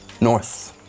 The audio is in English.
North